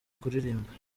kuririmba